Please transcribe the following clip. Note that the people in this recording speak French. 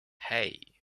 hey